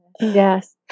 Yes